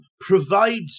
provides